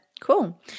cool